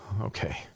Okay